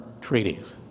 treaties